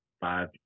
five